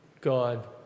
God